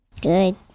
Good